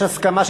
יש הסכמה.